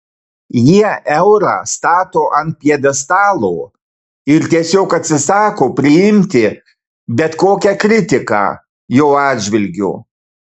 jie eurą stato ant pjedestalo ir tiesiog atsisako priimti bet kokią kritiką jo atžvilgiu